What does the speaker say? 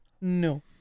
No